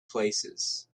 places